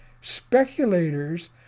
Speculators